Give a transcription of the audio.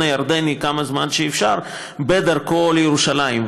הירדני כמה זמן שאפשר בדרכו לירושלים,